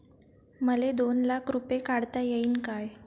मले दोन लाख रूपे काढता येईन काय?